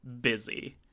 busy